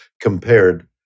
compared